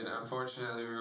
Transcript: Unfortunately